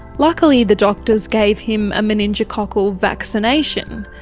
luckily the doctors gave him a meningococcal vaccination,